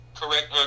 correct